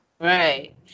Right